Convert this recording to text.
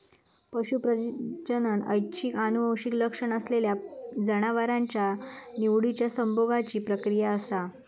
पशू प्रजनन ऐच्छिक आनुवंशिक लक्षण असलेल्या जनावरांच्या निवडिच्या संभोगाची प्रक्रिया असा